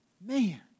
man